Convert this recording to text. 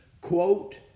quote